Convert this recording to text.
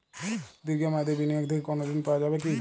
দীর্ঘ মেয়াদি বিনিয়োগ থেকে কোনো ঋন পাওয়া যাবে কী?